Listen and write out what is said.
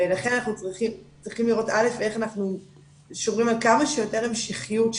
לכן אנחנו צריכים לראות איך אנחנו שומרים על כמה שיותר המשכיות,